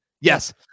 Yes